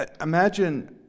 Imagine